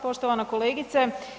Poštovana kolegice.